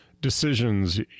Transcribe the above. decisions